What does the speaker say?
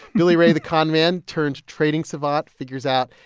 billy ray, the con man-turned-trading savant, figures out,